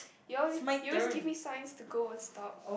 you always you always give me signs to go and stop